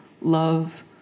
love